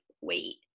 wait